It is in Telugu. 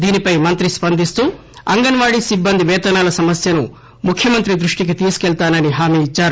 దీనిపై మంత్రి స్పందిస్తూ అంగన్ వాడీ సిబ్బంది వేతనాల సమస్యను ముఖ్యమంత్రి దృష్టికి తీసుకెళ్తానని హామీఇచ్చారు